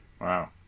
Wow